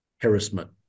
harassment